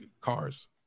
cars